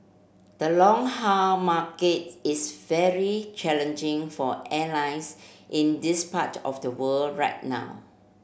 the long market is very challenging for airlines in this part of the world right now